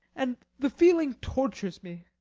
and the feeling tortures me.